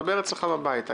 דבר אצלך בבית.